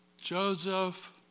Joseph